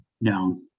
No